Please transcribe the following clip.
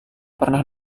pernah